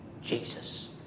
Jesus